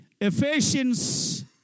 Ephesians